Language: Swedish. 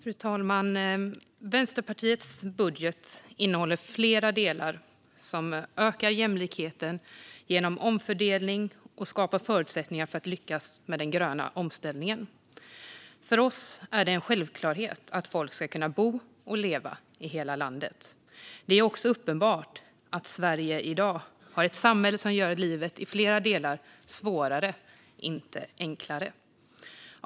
Fru talman! Vänsterpartiets budget innehåller flera delar som ökar jämlikheten genom omfördelning och skapar förutsättningar för att lyckas med den gröna omställningen. För oss är det en självklarhet att folk ska kunna bo och leva i hela landet. Det är också uppenbart att Sverige i dag har ett samhälle som gör livet i flera delar svårare, inte enklare.